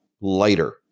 lighter